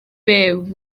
byw